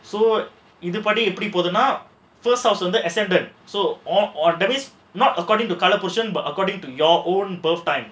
so இதுபடி எப்படி போகுதுன்னா:idhupadi epdi poguthunaa accepted so or or that means not according to collaboration but according to your own both time